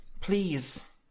Please-